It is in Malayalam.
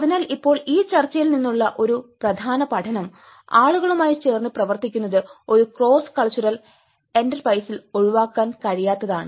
അതിനാൽ ഇപ്പോൾ ഈ ചർച്ചയിൽ നിന്നുള്ള പ്രധാന പഠനം ആളുകളുമായി ചേർന്ന് പ്രവർത്തിക്കുന്നത് ഒരു ക്രോസ് കൾച്ചറൽ എന്റർപ്രൈസസിൽ ഒഴിവാക്കാൻ കഴിയാത്തതാണ്